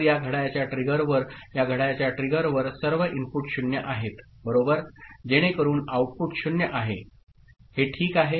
तर या घड्याळाच्या ट्रिगरवर या घड्याळाच्या ट्रिगरवर सर्व इनपुट 0 आहेत बरोबर जेणेकरून आउटपुट 0 आहेत हे ठीक आहे